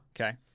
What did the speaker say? Okay